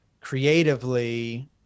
creatively